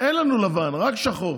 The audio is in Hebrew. אין לנו לבן, רק שחור.